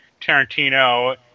Tarantino